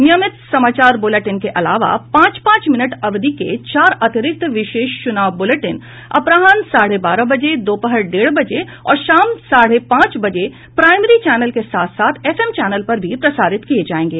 नियमित समाचार ब्रलेटिन के अलावा पांच पांच मिनट अवधि के चार अतिरिक्त विशेष चुनाव बुलेटिन अपराहन साढ़े बारह बजे दोपहर डेढ़ बजे और शाम साढ़े पांच बजे प्राइमरी चैनल के साथ साथ एफएम चैनल पर भी प्रसारित किये जायेंगे